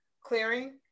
clearing